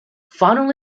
final